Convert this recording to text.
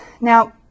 Now